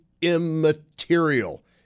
immaterial